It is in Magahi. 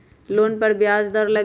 लोन पर ब्याज दर लगी?